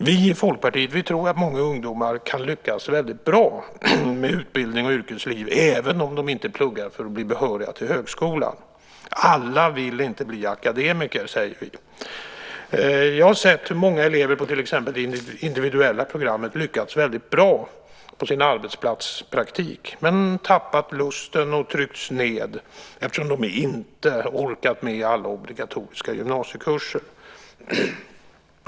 Vi i Folkpartiet tror att många ungdomar kan lyckas väldigt bra med utbildning och yrkesliv även om de inte pluggar för att bli behöriga till högskolan. Alla vill inte bli akademiker, säger vi. Jag har sett hur många elever på till exempel det individuella programmet lyckats väldigt bra på sin arbetsplatspraktik men tappat lusten och tryckts ned eftersom de inte orkat med alla obligatoriska gymnasiekurser.